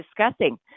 discussing